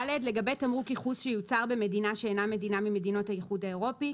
(ד)לגבי תמרוק ייחוס שיוצר במדינה שאינה מדינה ממדינות האיחוד האירופי,